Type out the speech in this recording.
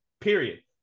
period